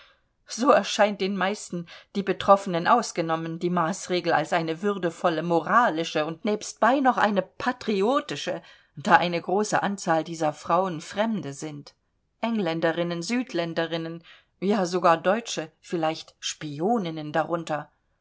so erscheint den meisten die betroffenen ausgenommen die maßregel als eine würdevolle moralische und nebstbei noch eine patriotische da eine große anzahl dieser frauen fremde sind engländerinnen südländerinnen ja sogar deutsche vielleicht spioninnen darunter